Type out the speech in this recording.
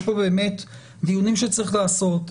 יש פה באמת דיונים שצריך לעשות,